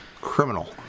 criminal